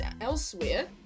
elsewhere